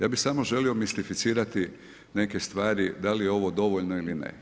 Ja bih samo želio mistificirati neke stvari da li je ovo dovoljno ili ne.